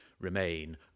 remain